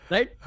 Right